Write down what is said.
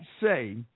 say